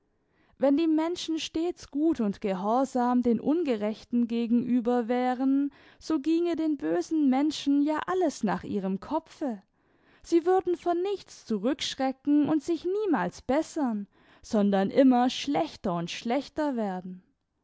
wenn die menschen stets gut und gehorsam den ungerechten gegenüber wären so ginge den bösen menschen ja alles nach ihrem kopfe sie würden vor nichts zurückschrecken und sich niemals bessern sondern immer schlechter und schlechter werden